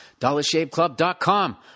DollarShaveClub.com